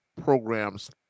programs